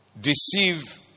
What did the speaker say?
deceive